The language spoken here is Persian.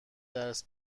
درس